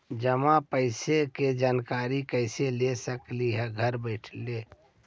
जमा पैसे के जानकारी कैसे ले सकली हे घर बैठे?